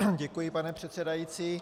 Děkuji, pane předsedající.